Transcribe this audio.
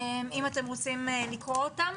אם אתם רוצים לקרוא אותם.